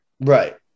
Right